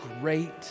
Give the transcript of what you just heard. great